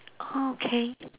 oh okay